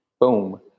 boom